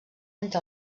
entre